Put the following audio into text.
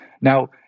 Now